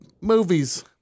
movies